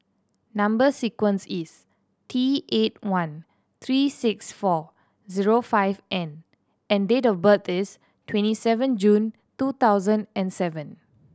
number sequence is T eight one three six four zero five N and date of birth is twenty seven June two thousand and seven